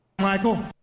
Michael